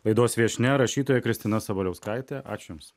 laidos viešnia rašytoja kristina sabaliauskaitė ačiū jums